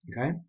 okay